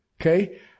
Okay